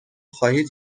خواهید